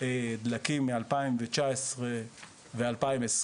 הדלקים מ-2019 ל-2020,